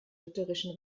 lutherischen